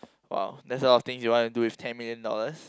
!wow! that's a lot of things you want to do with ten million dollars